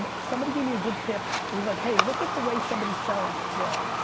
ah somebody gave me a good tip, it was like, hey, look at the way somebody sells raw.